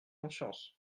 conscience